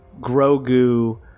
Grogu